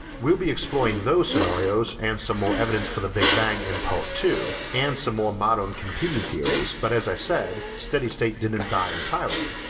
we'll be exploring those scenarios and some more evidence for the big bang in part two, and some more modern competing theories but as i said, steady state didn't and die entirely,